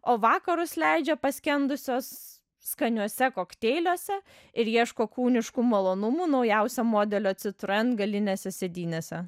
o vakarus leidžia paskendusios skaniuose kokteiliuose ir ieško kūniškų malonumų naujausio modelio citroen galinėse sėdynėse